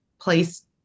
place